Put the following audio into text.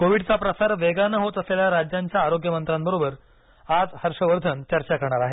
कोविडचा प्रसार वेगानं होत असलेल्या राज्यांच्या आरोग्यमंत्र्यांबरोबर आज हर्ष वर्धन चर्चा करणार आहेत